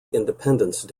independence